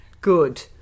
good